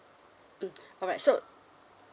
mm alright so